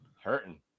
hurting